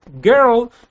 girl